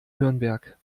nürnberg